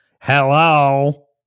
Hello